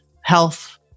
health